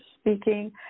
speaking